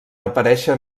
aparèixer